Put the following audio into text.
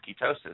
ketosis